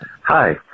hi